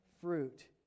fruit